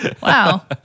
wow